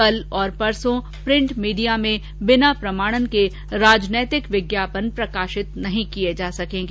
कल और परसों प्रिंट मीडिया में बिना प्रमाणन के राजनैतिक विज्ञापन प्रकाशित नहीं किए जा सकेंगे